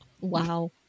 Wow